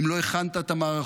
אם לא הכנת את המערכות,